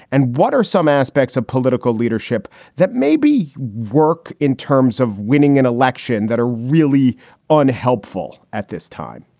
and what are some aspects of political leadership that maybe work in terms of winning an election that are really unhelpful at this time?